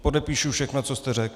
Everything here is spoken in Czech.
Podepíšu všechno, co jste řekl.